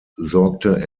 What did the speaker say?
sorgte